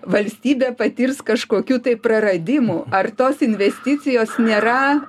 valstybė patirs kažkokių tai praradimų ar tos investicijos nėra